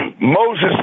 Moses